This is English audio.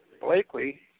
Blakely